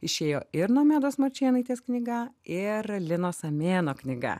išėjo ir nomedos marčėnaitės knyga ir lino samėno knyga